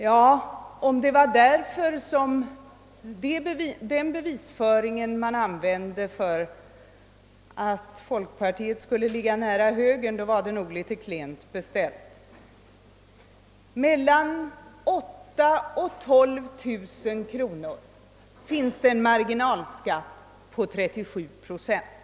Om man behöver resonera så för att visa att folkpartiet skulle ligga nära moderata samlingspartiet, är det nog litet klent beställt med bevisföringen. Mellan 8 000 och 12000 kronors inkomst är marginalskatten 37 procent.